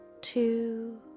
two